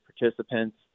participants